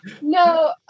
no